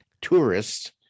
tourists